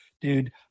dude